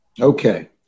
Okay